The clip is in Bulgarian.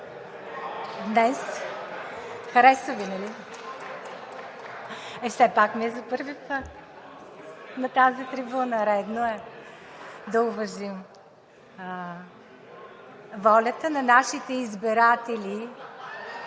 Хареса Ви, нали? Все пак ми е за първи път на тази трибуна, редно е да уважим волята на нашите избиратели.